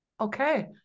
Okay